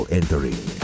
entering